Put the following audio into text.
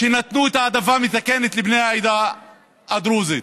נתנו העדפה מתקנת לבני העדה הדרוזית,